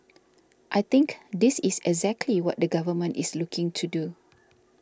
I think this is exactly what the government is looking to do